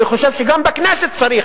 אני חושב שגם בכנסת צריך.